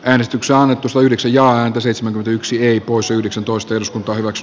äänestykseannetusta yhdeksi ja antoi seitsemän yksi heikkous yhdeksäntoista jos pohjois